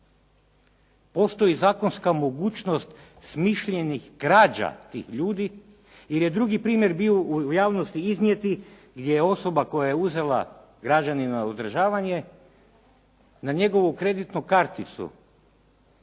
postoji zakonska mogućnost smišljenih krađa tih ljudi jer je drugi primjer bio u javnosti iznijeti gdje je osoba koja je uzela građanima održavanje na njegovu kreditnu karticu